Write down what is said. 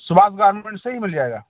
Subhash garment से ही मिल जाएगा